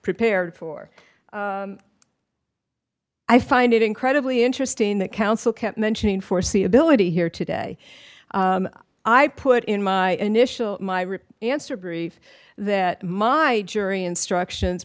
prepared for i find it incredibly interesting that counsel kept mentioning foreseeability here today i put in my initial answer brief that my jury instructions